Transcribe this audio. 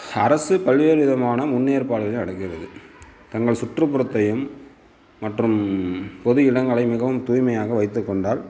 அரசு பல்வேறு விதமான முன்னேற்பாடுகள் நடக்கிறது தங்கள் சுற்றுப்புறத்தையும் மற்றும் பொது இடங்களை மிகவும் தூய்மையாக வைத்துக்கொண்டால்